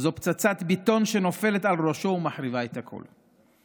זו פצצת בטון שנופלת על ראשו ומחריבה את הכול.